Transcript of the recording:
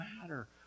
matter